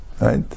right